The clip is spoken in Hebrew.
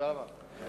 תודה רבה.